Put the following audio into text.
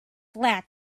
lack